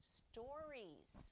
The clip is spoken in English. stories